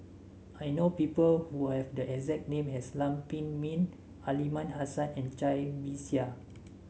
I know people who have the exact name as Lam Pin Min Aliman Hassan and Cai Bixia